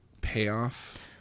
payoff